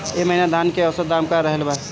एह महीना धान के औसत दाम का रहल बा?